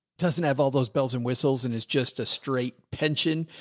doesn't have all those bells and whistles and is just a straight pension.